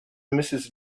mrs